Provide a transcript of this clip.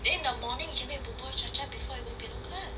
then in the morning can make buburchacha before you go piano class